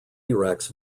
rex